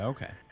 Okay